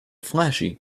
flashy